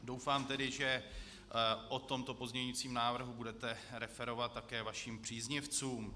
Doufám tedy, že o tomto pozměňovacím návrhu budete referovat také vašim příznivcům.